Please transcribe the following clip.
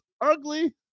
ugly